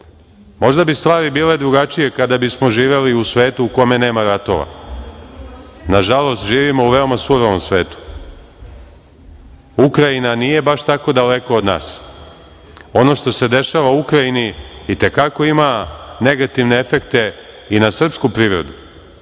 Možda bi stvari bile drugačije kada bismo živeli u svetu u kome nema ratova. Nažalost, živimo u veoma surovom svetu. Ukrajina nije baš tako daleko od nas. Ono što se dešava u Ukrajini i te kako ima negativne efekte i na srpsku privredu